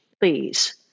please